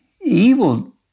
Evil